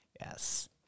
Yes